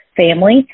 family